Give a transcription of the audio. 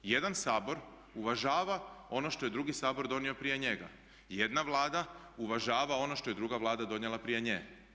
Jedan Sabor uvažava ono što je drugi Sabor donio prije njega, jedna Vlada uvažava ono što je druga Vlada donijela prije nje.